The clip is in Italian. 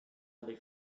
alle